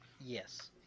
yes